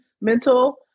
mental